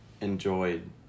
enjoyed